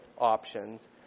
options